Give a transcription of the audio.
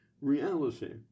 reality